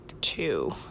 two